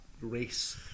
race